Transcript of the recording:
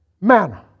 manner